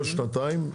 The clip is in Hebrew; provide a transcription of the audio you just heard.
לא לשנתיים,